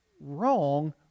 wrong